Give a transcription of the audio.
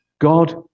God